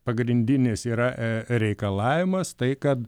pagrindinis yra reikalavimas tai kad